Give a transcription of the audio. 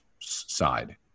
side